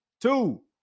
two